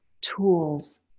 tools